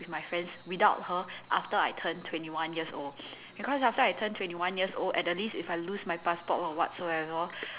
with my friends without her after after I turned twenty one years old because after I turned twenty one years old at the least if I lose my passport or whatsoever